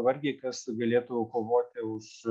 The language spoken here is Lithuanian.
vargiai kas galėtų kovoti už